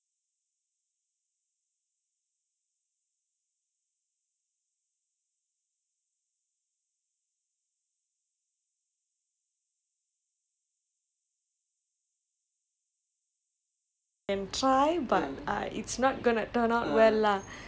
I was like coach I'm actually damn bad at four hundred because I've been training for four years I know what I'm good at and what I'm not good at கேட்கவே இல்லை மடையன்:kaetkave illai madaiyan he was like no no no you will not know until you try again now it's a new journey blah blah blah don't know what all he said